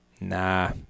nah